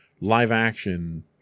live-action